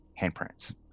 handprints